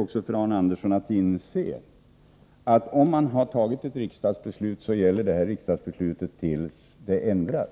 Arne Andersson i Ljung måste inse att ett riksdagsbeslut gäller tills det ändras.